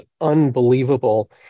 unbelievable